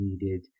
needed